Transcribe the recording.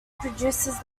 produces